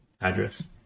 address